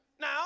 Now